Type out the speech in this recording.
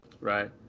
Right